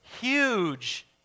huge